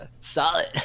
solid